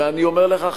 ואני אומר לך,